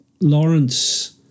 Lawrence